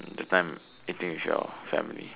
that time eating with your family